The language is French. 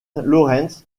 lawrence